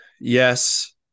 yes